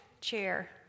chair